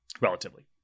relatively